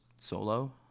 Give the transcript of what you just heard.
solo